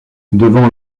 devant